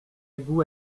goût